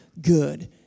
good